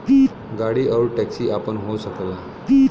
गाड़ी आउर टैक्सी आपन हो सकला